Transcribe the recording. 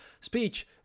speech